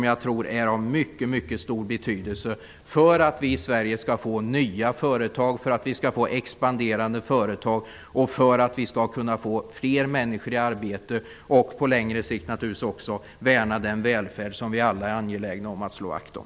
Jag tror att det är av mycket stor betydelse för att vi i Sverige skall få nya företag, expanderande företag och för att vi skall kunna få fler människor i arbete och på längre sikt också värna den välfärd som vi alla är angelägna om att slå vakt om.